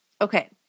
Okay